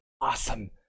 awesome